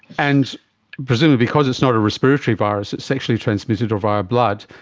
and presumably because it's not a respiratory virus, it's sexually-transmitted or via blood,